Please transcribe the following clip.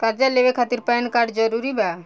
कर्जा लेवे खातिर पैन कार्ड जरूरी बा?